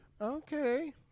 Okay